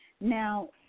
Now